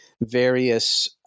various